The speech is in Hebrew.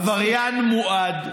עבריין מועד.